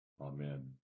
Amen